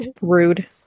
Rude